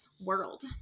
world